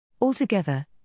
Altogether